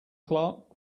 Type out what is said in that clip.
clerk